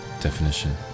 definition